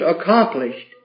accomplished